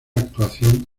actuación